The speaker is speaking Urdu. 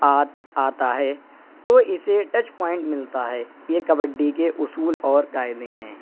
آت آتا ہے تو اسے ٹچ پوائنٹ ملتا ہے یہ کبڈی کے اصول اور قاعدے ہیں